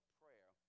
prayer